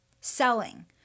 selling